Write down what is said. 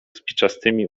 spiczastymi